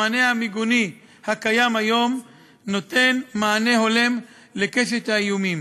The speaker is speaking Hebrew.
המענה המיגוני הקיים היום נותן מענה הולם לקשת האיומים.